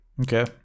Okay